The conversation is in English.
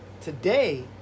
Today